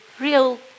real